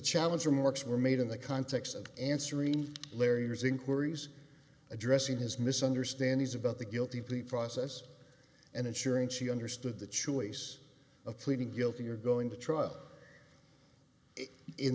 challenger marks were made in the context of answering larry's inquiries addressing his misunderstandings about the guilty plea process and ensuring she understood the choice of pleading guilty or going to trial in